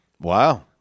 Wow